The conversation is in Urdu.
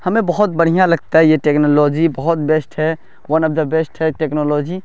ہمیں بہت بڑھیاں لگتا ہے یہ ٹیکنالوجی بہت بیسٹ ہے ون اف دا بیسٹ ہے ٹیکنالوجی